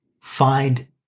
find